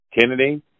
Kennedy